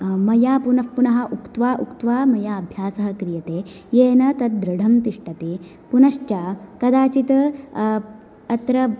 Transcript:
मया पुनः पुनः उक्त्वा उक्त्वा मया अभ्यासः क्रियते येन तद्दृढं तिष्ठति पुनश्च कदाचित् अत्र